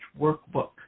workbook